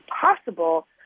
possible